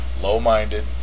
low-minded